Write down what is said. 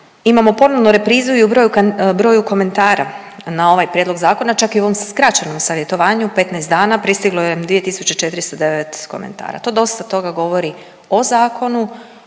Imamo ponovno reprizu i u broju komentara na ovaj prijedlog zakona, čak i u ovom skraćenom savjetovanju u 15 dana pristiglo je 2409 komentara, to dosta toga govori o zakonu,